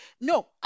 no